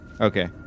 Okay